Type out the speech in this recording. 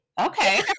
Okay